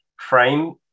frame